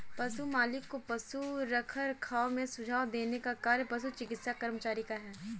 पशु मालिक को पशु रखरखाव में सुझाव देने का कार्य पशु चिकित्सा कर्मचारी का है